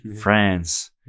France